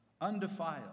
undefiled